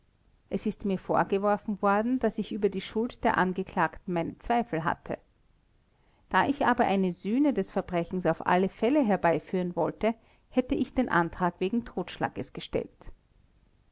es ist mir vorgeworfen worden daß ich über die schuld der angeklagten meine zweifel hatte da ich aber eine sühne des verbrechens auf alle fälle herbeiführen wollte hätte ich den antrag wegen totschlages gestellt